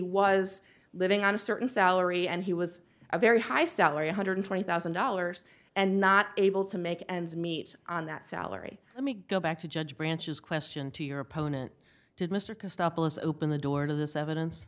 was living on a certain salary and he was a very high salary one hundred twenty thousand dollars and not able to make ends meet on that salary let me go back to judge branch's question to your opponent did mr kostopoulos open the door to this evidence